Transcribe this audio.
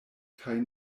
kaj